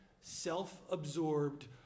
self-absorbed